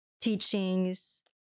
teachings